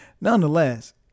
Nonetheless